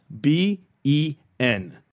b-e-n